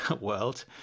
world